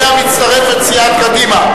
שאליה מצטרפת סיעת קדימה,